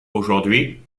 aujourd’hui